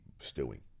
stewing